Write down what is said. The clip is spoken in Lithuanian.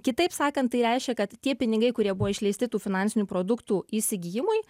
kitaip sakant tai reiškia kad tie pinigai kurie buvo išleisti tų finansinių produktų įsigijimui